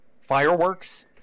fireworks